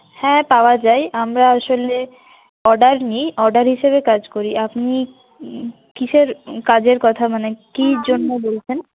হ্যাঁ পাওয়া যায় আমরা আসলে অর্ডার নিই অর্ডার হিসাবে কাজ করি আপনি কিসের কাজের কথা মানে কী জন্য বলছেন